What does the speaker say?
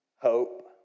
hope